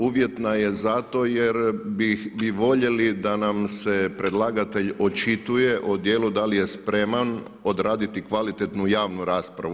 Uvjetna je zato jer bi voljeli da nam se predlagatelj očituje o djelu da li je spreman odraditi kvalitetnu javnu raspravu.